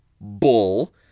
Bull